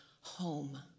home